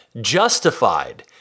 justified